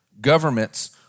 governments